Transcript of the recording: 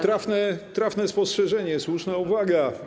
Tak, trafne spostrzeżenie, słuszna uwaga.